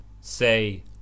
say